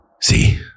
See